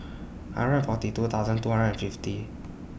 hundred forty two thousand two hundred fifty